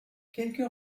quelques